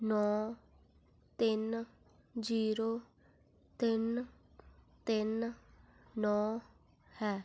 ਨੌਂ ਤਿੰਨ ਜ਼ੀਰੋ ਤਿੰਨ ਤਿੰਨ ਨੌਂ ਹੈ